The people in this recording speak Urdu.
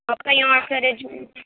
آپ کہیں اور سے ارینج